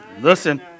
Listen